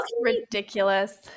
ridiculous